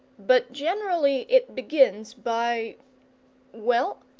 but generally it begins by well,